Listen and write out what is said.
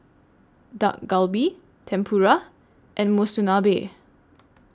Dak Galbi Tempura and Monsunabe